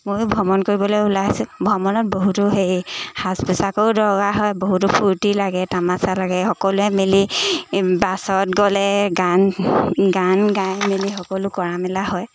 মই ভ্ৰমণ কৰিবলৈ ওলাইছোঁ ভ্ৰমণত বহুতো হেৰ সাজ পোচাকৰো দৰকাৰ হয় বহুতো ফূৰ্তি লাগে তামাচা লাগে সকলোৱে মিলি বাছত গ'লে গান গান গাই মেলি সকলো কৰা মেলা হয়